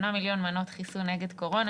מנות חיסון נגד קורונה,